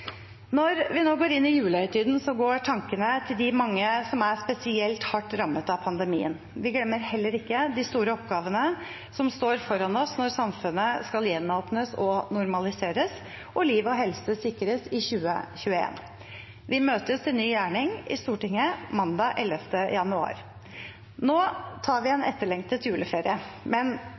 Når vi nå går inn i julehøytiden, går tankene til de mange som er spesielt hardt rammet av pandemien. Vi glemmer heller ikke de store oppgavene som står foran oss når samfunnet skal gjenåpnes og normaliseres og liv og helse sikres i 2021. Vi møtes til ny gjerning i Stortinget mandag 11. januar. Nå tar vi en etterlengtet juleferie, men